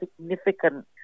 significant